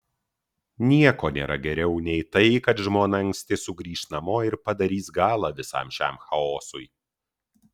nieko nėra geriau nei tai kad žmona anksti sugrįš namo ir padarys galą visam šiam chaosui